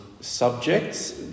subjects